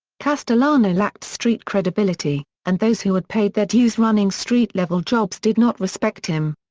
castellano lacked street credibility, and those who had paid their dues running street level jobs did not respect him.